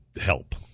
help